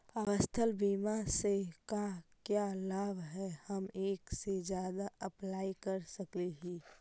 स्वास्थ्य बीमा से का क्या लाभ है हम एक से जादा अप्लाई कर सकली ही?